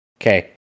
Okay